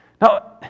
Now